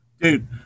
Dude